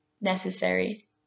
necessary